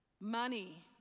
Money